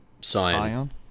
Sion